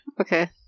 okay